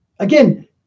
Again